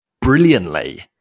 Brilliantly